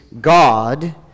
God